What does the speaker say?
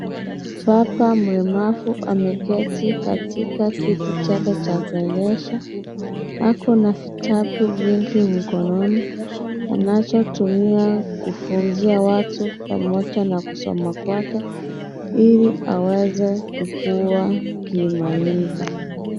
Baba mlemavu ameketi katika kiti chake cha kuendesha. Ako na vitabu vingi mkononi, anachotumia kufunzia watu pamoja na kusoma kwake, ili aweze kukua akimaliza.